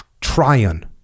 Tryon